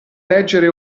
leggere